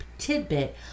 tidbit